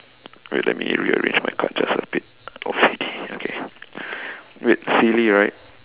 wait let me rearrange my cards just a bit O_C_D okay wait silly right